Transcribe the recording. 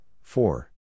four